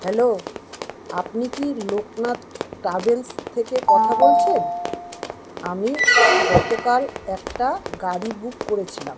hello আপনি কি Loknath travels থেকে কথা বলছেন আমি গতকাল একটা গাড়ি বুক করেছিলাম